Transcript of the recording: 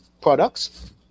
products